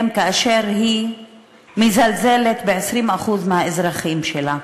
כאשר היא מזלזלת ב-20% מהאזרחים שלה,